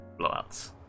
blowouts